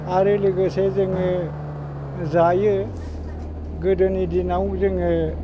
आरो लोगोसे जोङो जायो गोदोनि दिनाव जोङो